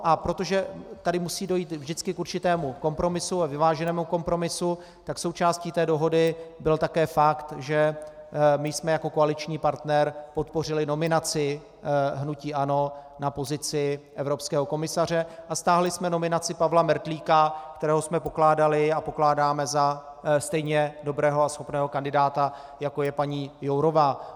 A protože tady musí dojít vždycky k určitému kompromisu a vyváženému kompromisu, tak součástí té dohody byl také fakt, že my jsme jako koaliční partner podpořili nominaci hnutí ANO na pozici evropského komisaře a stáhli jsme nominaci Pavla Mertlíka, kterého jsme pokládali a pokládáme za stejně dobrého a schopného kandidáta, jako je paní Jourová.